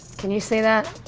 can you see that?